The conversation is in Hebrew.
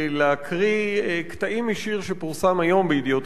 להקריא קטעים משיר שפורסם היום ב"ידיעות